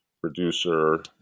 producer